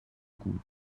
gut